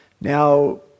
Now